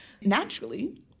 naturally